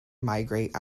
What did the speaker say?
migrate